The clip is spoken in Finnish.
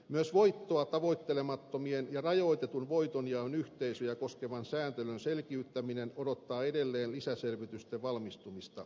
myös voittoa tavoittelemattomien ja rajoitetun voitonjaon yhteisöjä koskevan sääntelyn selkiyttäminen odottaa edelleen lisäselvitysten valmistumista